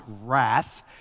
wrath